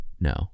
No